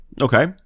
Okay